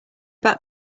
back